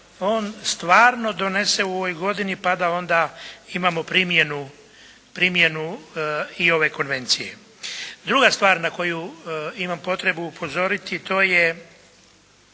on stvarno donese u ovoj godini pa da onda imamo primjenu i ove Konvencije. Druga stvar na koju imam potrebu upozoriti to je,